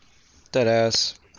deadass